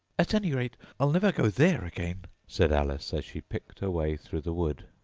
at any rate i'll never go there again said alice as she picked her way through the wood.